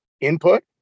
input